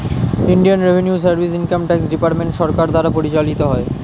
Indian revenue service income tax department সরকার দ্বারা পরিচালিত হয়